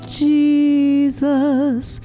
jesus